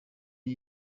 ati